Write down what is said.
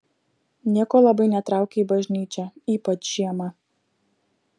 nieko labai netraukia į bažnyčią ypač žiemą